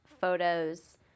photos